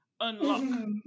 unlock